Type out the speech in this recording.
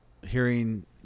hearing